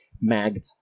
mag